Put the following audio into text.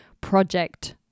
Project